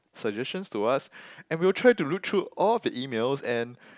suggestions to us and we will try to look through all the emails and